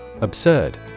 Absurd